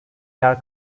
yer